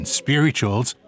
spirituals